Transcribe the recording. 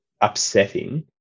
upsetting